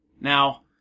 Now